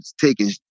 taking